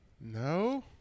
No